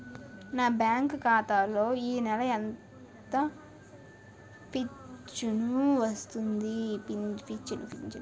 నా బ్యాంక్ ఖాతా లో ఈ నెల ఎంత ఫించను వచ్చింది?